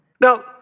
Now